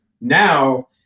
now